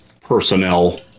personnel